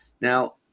Now